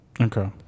Okay